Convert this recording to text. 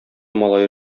малае